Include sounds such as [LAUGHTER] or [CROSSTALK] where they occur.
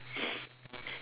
[NOISE]